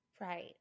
Right